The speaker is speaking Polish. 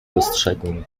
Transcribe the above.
dostrzegłem